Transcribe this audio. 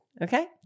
Okay